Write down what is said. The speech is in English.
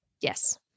Yes